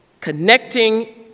connecting